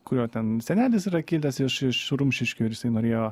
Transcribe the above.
kurio ten senelis yra kilęs iš iš rumšiškių ir jisai norėjo